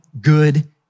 good